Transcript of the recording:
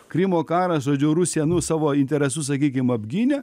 krymo karas žodžiu rusija nu savo interesus sakykim apgynė